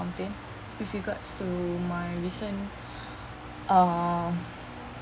complaint with regards to my recent err